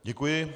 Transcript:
Děkuji.